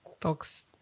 folks